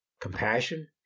compassion